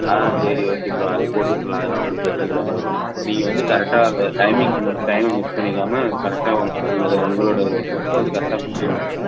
ஆ சரி okay bro அது போட்டு விட்ரலாம் அதெல்லாம் ஒன்றும் பிரச்சனை இல்லை ப்ரோ நீங்கள் வந்து கரெக்டாக அந்த டைமிங்க்கு மட்டும் டைமை மிஸ் பண்ணிடாம கரெக்டாக உங் உங்களோடய ஒர்க்கை வந்து கரெக்டாக முடிச்சுடுங்க ப்ரோ